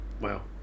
Wow